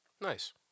nice